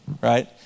right